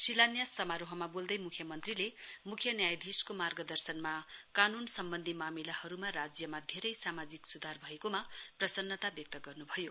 शिलान्यस समारोहमा बोल्दै मुख्यमन्त्रीले मुख्य न्यायधीशको मार्गदर्शनमा कानून सम्बन्धि मामिलाहरूमा राज्यमा धेरै सामाजिक सुधान भएकोमा प्रसन्नता व्यक्त गर्नुभयो